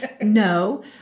No